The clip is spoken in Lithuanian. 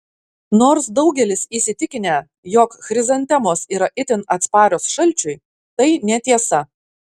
nors daugelis įsitikinę jog chrizantemos yra itin atsparios šalčiui tai netiesa